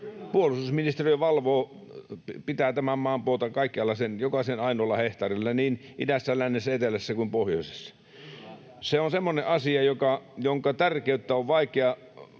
Puolustusministeriö pitää tämän maan puolta kaikkialla, sen joka ainoalla hehtaarilla niin idässä, lännessä, etelässä kuin pohjoisessa. Se on semmoinen asia, jonka tärkeys, jos sitä